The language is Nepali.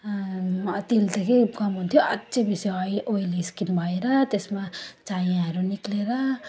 तिल त के कम हुन्थ्यो अझै बेसी अय ओयली स्किन भएर त्यसमा चायाहरू निस्किएर